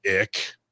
ick